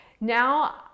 Now